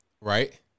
Right